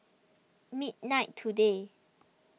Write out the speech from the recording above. midnight today